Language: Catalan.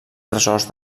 tresors